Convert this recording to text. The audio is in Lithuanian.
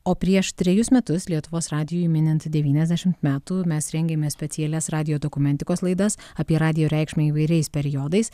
o prieš trejus metus lietuvos radijui minint devyniasdešimt metų mes rengiame specialias radijo dokumentikos laidas apie radijo reikšmę įvairiais periodais